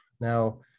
Now